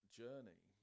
journey